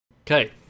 Okay